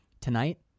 Tonight